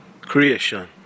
Creation